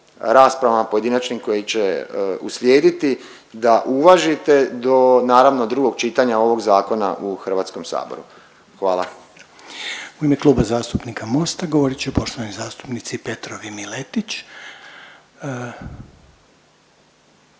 raspravama pojedinačnim koji će uslijediti da uvažite do naravno drugog čitanja ovog zakona u HS-u. Hvala. **Reiner, Željko (HDZ)** U ime Kluba zastupnika Mosta govorit će poštovani zastupnici Petrov i Miletić.